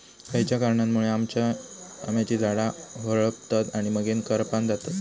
खयच्या कारणांमुळे आम्याची झाडा होरपळतत आणि मगेन करपान जातत?